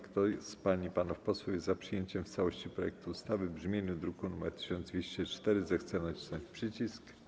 Kto z pań i panów posłów jest za przyjęciem w całości projektu ustawy w brzmieniu z druku nr 1204, zechce nacisnąć przycisk.